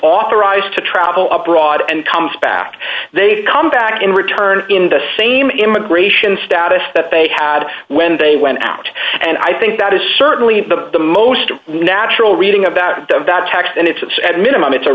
authorized to travel abroad and comes back they come back and return in the same immigration status that they had when they went out and i think that is certainly the most natural reading about the vat tax and it's at minimum it's a